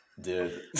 Dude